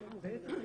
רציונל.